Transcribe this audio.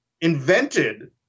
invented